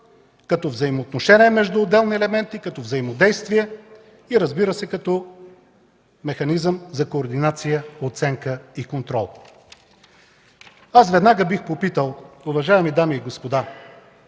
като взаимоотношение между отделни елементи, като взаимодействие, и, разбира се, като механизъм за координация, оценка и контрол. Уважаеми дами и господа,